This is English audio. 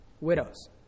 widows